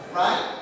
right